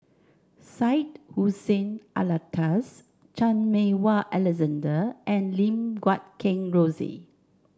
Syed Hussein Alatas Chan Meng Wah Alexander and Lim Guat Kheng Rosie